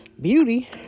Beauty